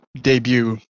debut